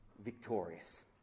victorious